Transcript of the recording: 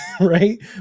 Right